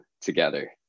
together